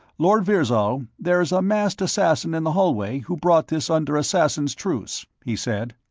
lord virzal, there is a masked assassin in the hallway who brought this under assassins' truce, he said.